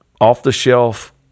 off-the-shelf